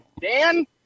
Dan